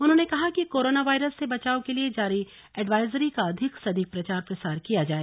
उन्होंने कहा कि कोरोना वायरस से बचाव के लिए जारी एडवायजरी का अधिक से अधिक प्रचार प्रसार किया जाए